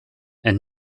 and